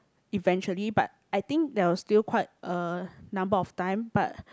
eventually but I think there was still quite a number of time but